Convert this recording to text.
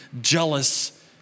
jealous